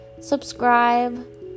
subscribe